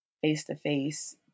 face-to-face